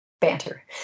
banter